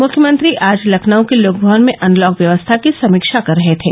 मुख्यमंत्री आज लखनऊ के लोकभवन में अनलॉक व्यवस्था की समीक्षा कर रहे थे